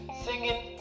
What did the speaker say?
singing